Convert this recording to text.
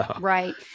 Right